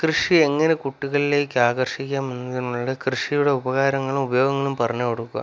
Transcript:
കൃഷി എങ്ങനെ കുട്ടികളിലേക്ക് ആകർഷിക്കാമെന്നതിന് കൃഷിയുടെ ഉപകാരങ്ങളും ഉപയോഗങ്ങളും പറഞ്ഞുകൊടുക്കുക